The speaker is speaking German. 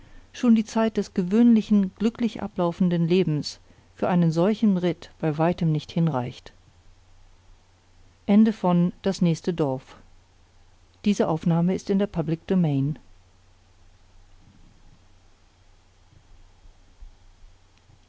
schon die zeit des gewöhnlichen glücklich ablaufenden lebens für einen solchen ritt bei weitem nicht hinreicht